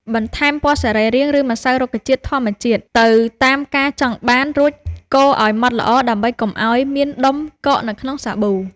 បន្ថែមពណ៌សរីរាង្គ ឬម្សៅរុក្ខជាតិធម្មជាតិទៅតាមការចង់បាន រួចកូរឱ្យម៉ត់ល្អដើម្បីកុំឱ្យមានដុំកកនៅក្នុងសាប៊ូ។